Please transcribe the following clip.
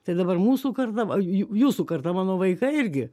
tai dabar mūsų karta va jūsų karta mano vaikai irgi